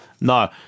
No